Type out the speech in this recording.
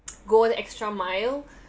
go the extra mile